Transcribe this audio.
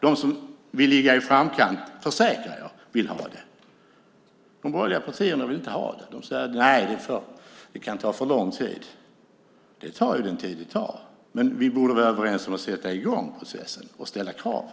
De som vill ligga i framkant försäkrar jag vill ha det. Dessutom vill LRF ha det. Det kan väl vara ett argument, kanske. De borgerliga partierna vill inte ha det. De säger nej, det kan ta för lång tid. Det tar den tid det tar, men vi borde vara överens om att sätta i gång processen och ställa kravet.